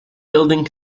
building